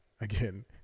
Again